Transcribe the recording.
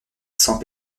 sans